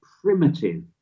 primitive